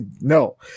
No